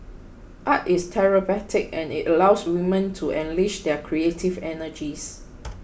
art is therapeutic and it allows women to unleash their creative energies